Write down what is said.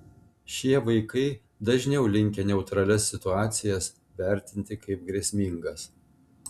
šie vaikai dažniau linkę neutralias situacijas vertinti kaip grėsmingas